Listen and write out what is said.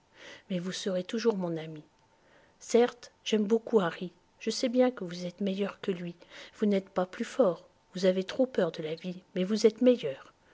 mais vous serez toujours mon ami certes j'aime beaucoup harry je sais bien que vous êtes meilleur que lui vous nêtes pas plus fort vous avez trop peur de la vie mais vous êtes meilleur